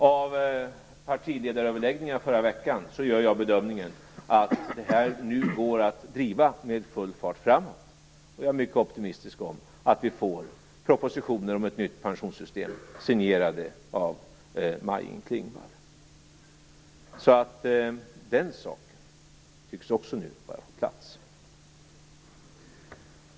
Av partiledaröverläggningarna förra veckan gör jag bedömningen att detta nu går att driva med full fart framåt. Jag är mycket optimisisk om att vi får propositioner om ett nytt pensionssystem, signerade av Maj-Inger Klingvall. Också den saken tycks nu vara på plats.